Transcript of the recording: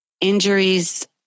injuries